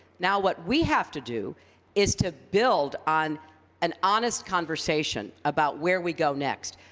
now, what we have to do is to build on an honest conversation about where we go next.